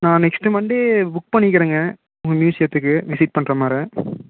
நான் next Monday book பண்ணிக்கிறேங்க உங்கள் மியூசியத்துக்கு விசிட் பண்ணுற மாதிரி